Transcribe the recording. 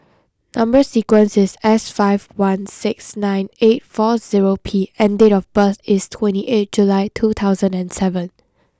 number sequence is S five one six nine eight four zero P and date of birth is twenty eight July two thousand and seven